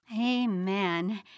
Amen